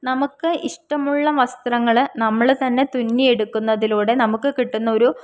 നമുക്ക് ഇഷ്ടമുള്ള വസ്ത്രങ്ങൾ നമ്മൾ തന്നെ തുന്നിയെടുക്കുന്നതിലൂടെ നമുക്ക് കിട്ടുന്നൊരു